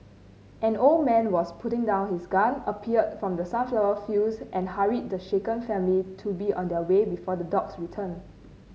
an old man was putting down his gun appeared from the sunflower fields and hurried the shaken family to be on their way before the dogs return